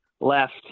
left